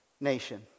nation